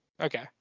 Okay